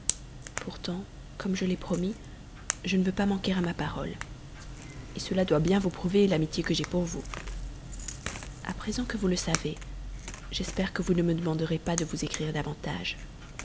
pourtant comme je l'ai promis je ne veux pas manquer à ma parole cela doit bien vous prouver l'amitié que j'ai pour vous à présent que vous le savez j'espère que vous ne me demanderez pas de vous écrire davantage